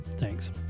Thanks